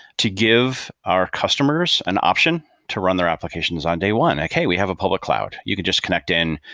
to give our customers an option to run their applications on day one. okay, we have a public cloud. you could just connect in,